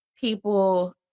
people